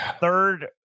third